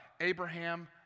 Abraham